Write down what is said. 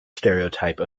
stereotype